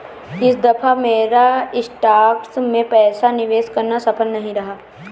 इस दफा मेरा स्टॉक्स में पैसा निवेश करना सफल नहीं रहा